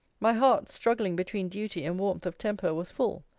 my heart, struggling between duty and warmth of temper, was full.